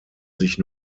sich